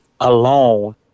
alone